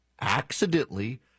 accidentally